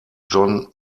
john